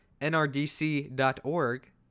NRDC.org